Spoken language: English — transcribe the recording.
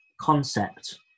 concept